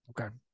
okay